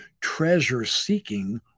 treasure-seeking